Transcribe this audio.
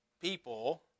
people